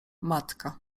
matka